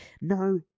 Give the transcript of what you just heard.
No